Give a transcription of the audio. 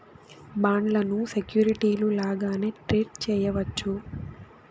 బాండ్లను సెక్యూరిటీలు లాగానే ట్రేడ్ చేయవచ్చు